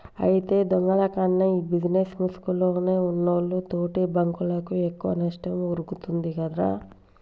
అయితే దొంగల కన్నా ఈ బిజినేస్ ముసుగులో ఉన్నోల్లు తోటి బాంకులకు ఎక్కువ నష్టం ఒరుగుతుందిరా